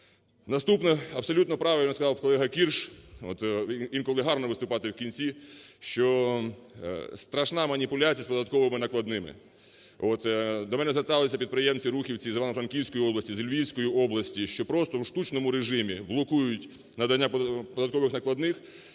Наступне. Абсолютно правильно сказав колега Кірш, інколи гарно виступати в кінці, що страшна маніпуляція з податковими накладними. До мене зверталися підприємці-рухівці з Івано-Франківської області, з Львівської області, що просто в штучному режимі блокують надання податкових накладних.